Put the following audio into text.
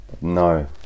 No